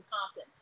Compton